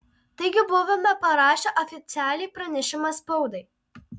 taigi buvome parašę oficialiai pranešimą spaudai